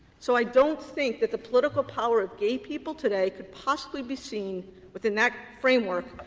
so i don't think that the political power of gay people today could possibly be seen within that framework,